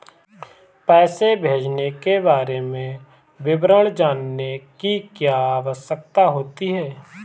पैसे भेजने के बारे में विवरण जानने की क्या आवश्यकता होती है?